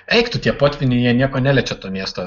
eik tu tie potvyniai jie nieko neliečia to miesto